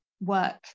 work